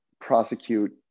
prosecute